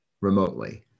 remotely